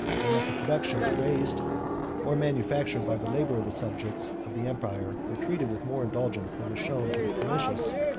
and that the productions raised or manufactured by the labor of the subjects of the empire were treated with more indulgence than was shown to the pernicious,